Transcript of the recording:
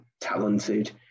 talented